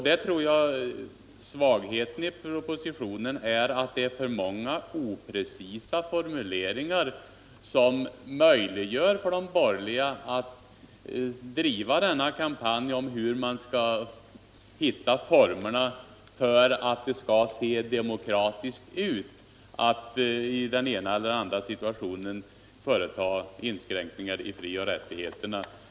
Jag tror att svagheten i propositionen därvidlag är alltför många oprecisa formuleringar, som möjliggör för de borgerliga att driva denna kampanj om hur man skall hitta former för att det skall se demokratiskt ut att i den ena eller andra situationen företa inskränkningar i frioch rättigheterna.